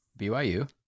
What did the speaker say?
BYU